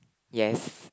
yes